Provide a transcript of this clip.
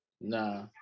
Nah